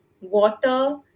water